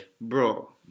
Bro